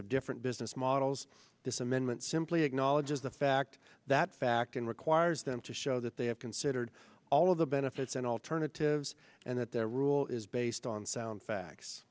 of different business models this amendment simply acknowledges the fact that fact and requires them to show that they have considered all of the benefits and alternatives and that their rule is based on sound facts